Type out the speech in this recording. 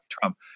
Trump